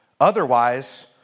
Otherwise